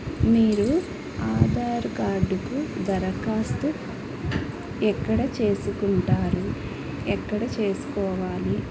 మీరు ఆధార్ కార్డుకు దరఖాస్తు ఎక్కడ చేసుకుంటారు ఎక్కడ చేసుకోవాలి